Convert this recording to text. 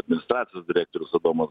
administracijos direktorius adomas